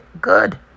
good